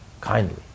kindly